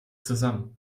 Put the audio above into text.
zusammen